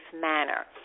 manner